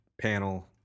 panel